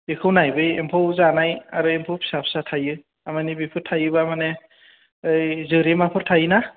बेखौ नाय बे एम्फौ जानाय आरो एम्फौ फिसा फिसा थायो थारमानि बेफोर थायोबा मानि जोरेमाफोर थायो ना